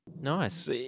Nice